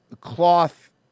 Cloth